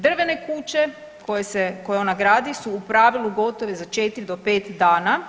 Drvene kuće koje ona gradi su u pravilu gotove za 4 do 5 dana.